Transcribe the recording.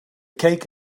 cake